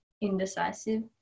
indecisive